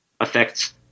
affects